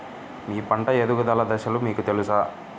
మీ పంట ఎదుగుదల దశలు మీకు తెలుసా?